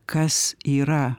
kas yra